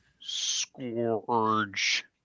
Scourge